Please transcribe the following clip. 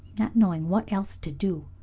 not knowing what else to do,